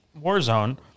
Warzone